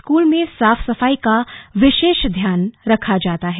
school में साफ सफाई का विशेष ध्यान रखा जाता है